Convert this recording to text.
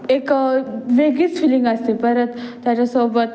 एक वेगळीच फीलिंग असते परत त्याच्यासोबत